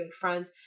friends